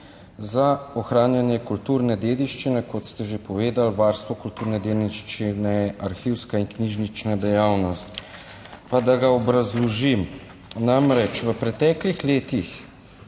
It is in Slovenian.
za ohranjanje kulturne dediščine, kot ste že povedali, Varstvo kulturne dediščine, arhivska in knjižnična dejavnost. Pa da ga obrazložim. Namreč v preteklih letih